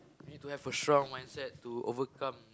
you need to have a strong mindset to overcome